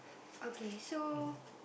okay so